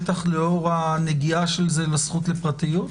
בטח לאור הנגיעה של זה לזכות לפרטיות?